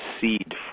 seed